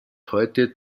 heute